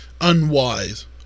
Unwise